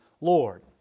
Lord